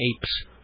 Apes